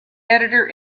editor